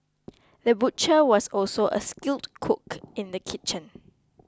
the butcher was also a skilled cook in the kitchen